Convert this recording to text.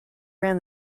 ran